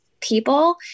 people